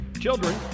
Children